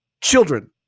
children